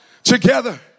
together